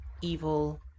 evil